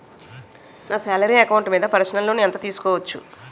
నా salary account మీద personal loan ఎంత తీసుకోవచ్చు?